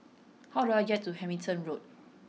how do I get to Hamilton Road